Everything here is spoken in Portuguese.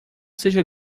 seja